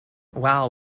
wow